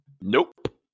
Nope